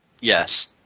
Yes